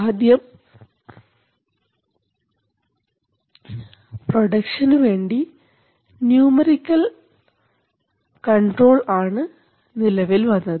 ആദ്യം പ്രൊഡക്ഷൻ വേണ്ടി numerical control ആണ് നിലവിൽ വന്നത്